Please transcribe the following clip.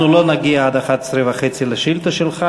אנחנו לא נגיע עד 11:30 לשאילתה שלך.